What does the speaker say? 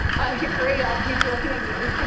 i agree. i'll be joining you.